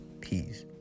Peace